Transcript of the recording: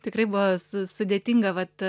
tikrai buvo su sudėtinga vat